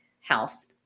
house